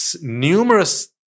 numerous